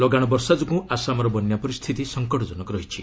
ଲଗାଣ ବର୍ଷା ଯୋଗୁଁ ଆସାମର ବନ୍ୟା ପରିସ୍ଥିତି ସଙ୍କଟଜନକ ରହିଛି